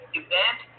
event